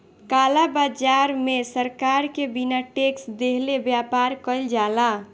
काला बाजार में सरकार के बिना टेक्स देहले व्यापार कईल जाला